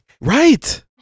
right